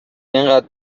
اینقدر